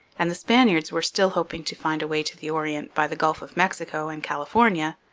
and the spaniards were still hoping to find a way to the orient by the gulf of mexico and california,